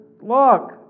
look